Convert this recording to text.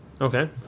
Okay